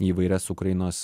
į įvairias ukrainos